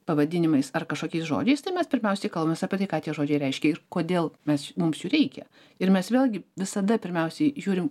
pavadinimais ar kažkokiais žodžiais tai mes pirmiausiai kalbamės apie tai ką tie žodžiai reiškia ir kodėl mes mums jų reikia ir mes vėlgi visada pirmiausiai žiūrim